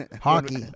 Hockey